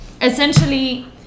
essentially